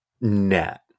Net